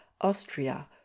Austria